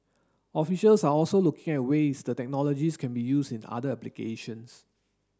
officials are also looking at ways the technologies can be used in other applications